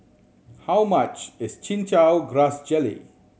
how much is Chin Chow Grass Jelly